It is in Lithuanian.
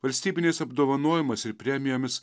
valstybiniais apdovanojimais ir premijomis